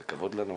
זה כבוד לנו.